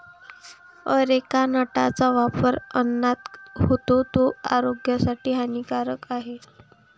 areca नटचा वापर अन्नात होतो, तो आरोग्यासाठी हानिकारक आहे